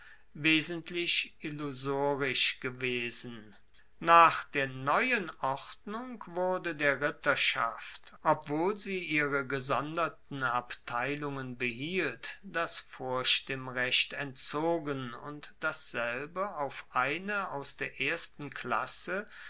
wesentlich illusorisch gewesen nach der neuen ordnung wurde der ritterschaft obwohl sie ihre gesonderten abteilungen behielt das vorstimmrecht entzogen und dasselbe auf eine aus der ersten klasse